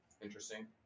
interesting